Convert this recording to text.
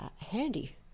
handy